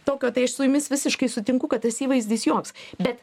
tokio tai aš su jumis visiškai sutinku kad tas įvaizdis joks bet